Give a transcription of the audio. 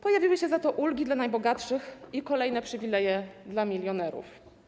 Pojawiły się za to ulgi dla najbogatszych i kolejne przywileje dla milionerów.